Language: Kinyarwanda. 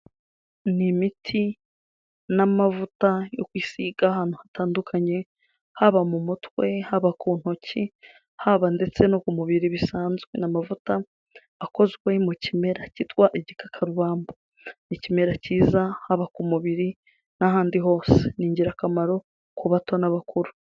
Ni imiti n'amavuta yo kwisiga ahantu hatandukanye, haba mu mutwe, haba ku ntoki, haba ndetse no ku mubiri bisanzwe. Ni amavuta akozwe mu kimera cyitwa igikakarubamba. Ni ikimera cyiza haba ku mubiri n'ahandi hose. Ni ingirakamaro ku bato n'abakuru.